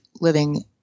living